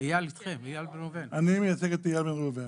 אני מייצג את אייל בן ראובן.